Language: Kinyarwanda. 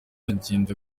agenda